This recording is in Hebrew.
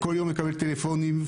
כל היום מקבלת טלפונים,